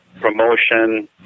promotion